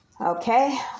Okay